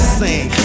sing